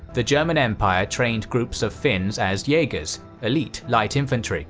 the german empire trained groups of finns as jagers elite light infantry